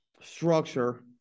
structure